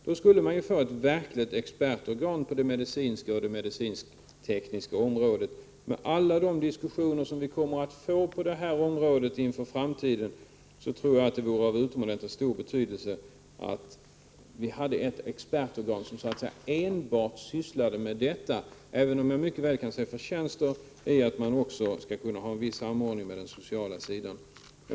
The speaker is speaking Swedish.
Då skulle man få ett verkligt expertorgan på det medicinska och medicinsktekniska området. Med alla de diskussioner vi kommer att få på detta område i framtiden tror jag det vore av utomordentligt stort värde att vi hade ett expertorgan som enbart sysslade med detta, även om jag också kan se vissa förtjänster i en viss samordning med den sociala sidan.